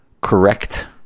correct